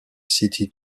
city